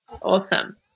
Awesome